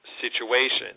situation